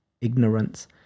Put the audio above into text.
ignorance